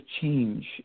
change